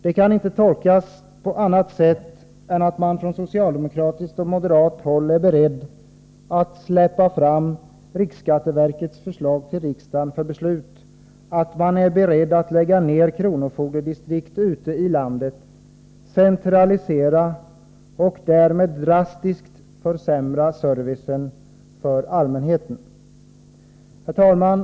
Det kan inte tolkas på annat sätt än att man från socialdemokratiskt och moderat håll är beredd att släppa fram riksskatteverkets förslag till riksdagen för beslut, att man är beredd att lägga ner kronofogdedistrikt ute i landet, centralisera och därmed drastiskt försämra servicen för allmänheten. Herr talman!